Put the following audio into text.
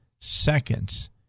seconds